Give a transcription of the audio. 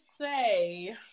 say